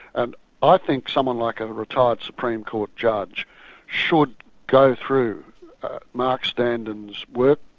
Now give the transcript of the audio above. and i think someone like a retired supreme court judge should go through mark standen's work,